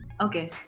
Okay